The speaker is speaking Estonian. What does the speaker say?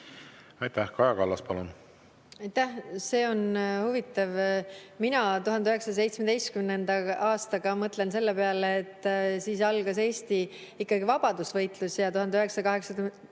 Aitäh! Kaja Kallas, palun! Aitäh! See on huvitav. Mina 1917. aastaga seoses mõtlen selle peale, et siis algas Eesti vabadusvõitlus ja 1918.